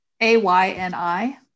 A-Y-N-I